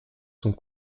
sont